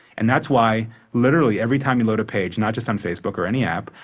and that's why literally every time you load a page, not just on facebook or any app,